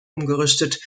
umgerüstet